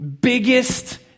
biggest